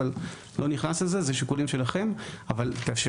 לא נכנס לזה,